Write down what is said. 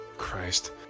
Christ